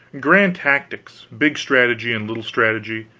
grand tactics, big strategy and little strategy,